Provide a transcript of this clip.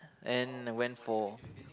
and went for